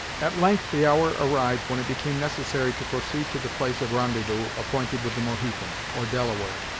at length the hour arrived when it became necessary to proceed to the place of rendezvous appointed with the mohican, or delaware,